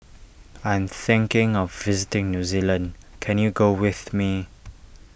I am thinking of visiting New Zealand can you go with me